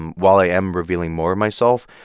and while i am revealing more of myself,